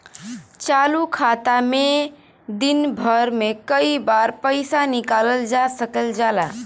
चालू खाता में दिन भर में कई बार पइसा निकालल जा सकल जाला